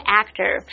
actor